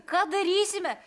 ką darysime